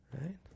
Right